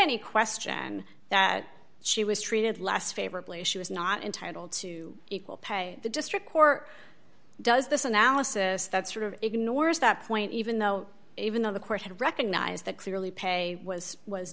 any question that she was treated less favorably she was not entitled to equal pay the district court does this analysis that sort of ignores that point even though even though the court had recognized that clearly pay was was